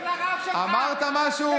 אמרת משהו?